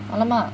好了吗